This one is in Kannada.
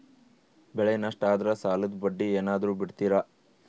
ಬೆಳೆ ನಷ್ಟ ಆದ್ರ ಸಾಲದ ಬಡ್ಡಿ ಏನಾದ್ರು ಬಿಡ್ತಿರಾ?